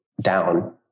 down